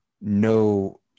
no